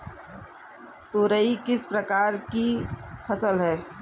तोरई किस प्रकार की फसल है?